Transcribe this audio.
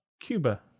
Cuba